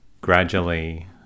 Gradually